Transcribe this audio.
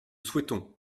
souhaitons